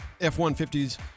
F-150's